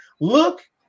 look